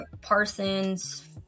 Parsons